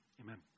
Amen